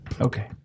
Okay